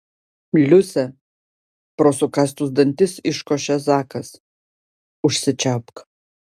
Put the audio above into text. liuse pro sukąstus dantis iškošė zakas užsičiaupk